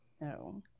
No